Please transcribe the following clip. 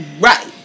right